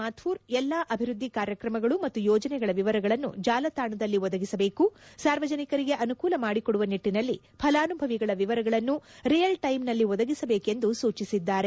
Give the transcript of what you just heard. ಮಾಥೂರ್ ಎಲ್ಲಾ ಅಭಿವೃದ್ದಿ ಕಾರ್ಯಕ್ರಮಗಳು ಮತ್ತು ಯೋಜನೆಗಳ ವಿವರಗಳನ್ನು ಜಾಲತಾಣದಲ್ಲಿ ಒದಗಿಸಬೇಕು ಸಾರ್ವಜನಿಕರಿಗೆ ಅನುಕೂಲ ಮಾಡಿಕೊಡುವ ನಿಟ್ಟನಲ್ಲಿ ಫಲಾನುಭವಿಗಳ ವಿವರಗಳನ್ನು ರಿಯಲ್ ಟೈಮ್ನಲ್ಲಿ ಒದಗಿಸಬೇಕು ಎಂದು ಸೂಚಿಸಿದ್ದಾರೆ